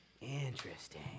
Interesting